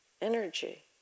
energy